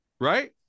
right